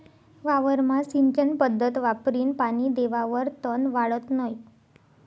वावरमा सिंचन पध्दत वापरीन पानी देवावर तन वाढत नै